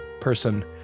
person